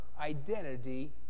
identity